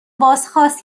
بازخواست